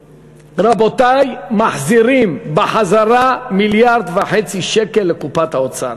רבותי, מחזירים 1.5 מיליארד שקל לקופת האוצר.